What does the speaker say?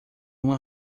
uma